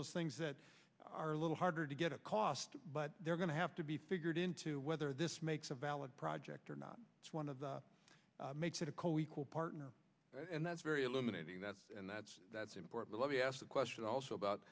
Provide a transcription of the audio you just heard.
those things that are a little harder to get at cost but they're going to have to be figured into whether this makes a valid project or not one of the makes it a co equal partner and that's very illuminating that's and that's that's important let me ask the question also about